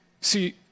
see